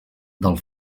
del